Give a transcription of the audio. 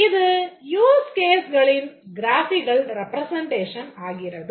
இது use caseகளின் graphical representation ஆகிறது